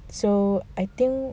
so I think